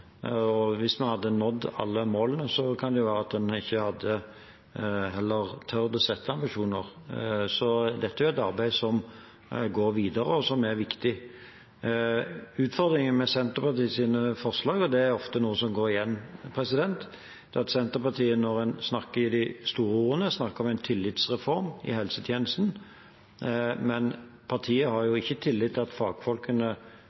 hadde vi nådd alle målene, kunne det være fordi man ikke hadde turt å sette ambisjoner. Dette er et arbeid som går videre, og som er viktig. Utfordringen med Senterpartiets forslag – og det er ofte noe som går igjen – er at Senterpartiet, når man snakker med de store ordene, snakker om en tillitsreform i helsetjenesten, men partiet har